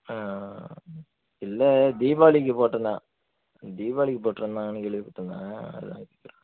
ஆ இல்லை தீபாவளிக்கு போட்டுருந்தான் தீபாவளிக்கு போட்டுருந்தாங்கன்னு கேள்விப்பட்டுருந்தேன் அதான் இப்போ